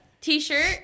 T-shirt